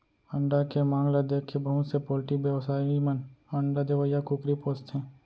अंडा के मांग ल देखके बहुत से पोल्टी बेवसायी मन अंडा देवइया कुकरी पोसथें